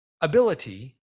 ability